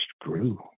grew